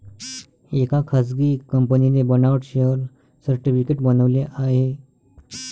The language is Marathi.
एका खासगी कंपनीने बनावट शेअर सर्टिफिकेट बनवले आहे